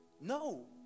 No